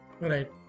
right